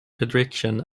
prediction